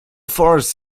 forest